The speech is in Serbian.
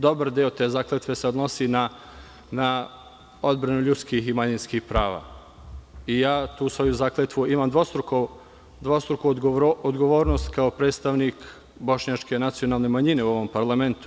Dobar deo te zakletve se odnosi na odbranu ljudskih i manjinskih prava i ja za tu svoju zakletvu imam dvostruku odgovornost kao predstavnik bošnjačke nacionalne manjine u ovom parlamentu.